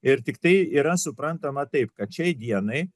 ir tik tai yra suprantama taip kad šiai dienai